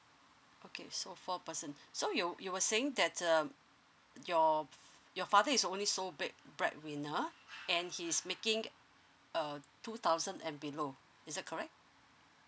okay so four person so you you were saying that uh your f~ your father is only so big breadwinner and he is making uh two thousand and below is that correct